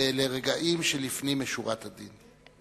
לרגעים של לפנים משורת הדין.